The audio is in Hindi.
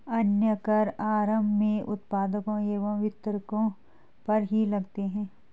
अन्य कर आरम्भ में उत्पादकों एवं वितरकों पर ही लगते हैं